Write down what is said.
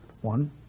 One